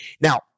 Now